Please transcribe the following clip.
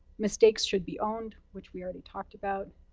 mistakes should be owned, which we already talked about.